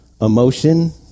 emotion